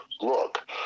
look